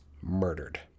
murdered